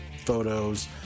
photos